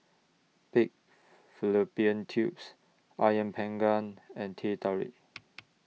Pig Fallopian Tubes Ayam Panggang and Teh Tarik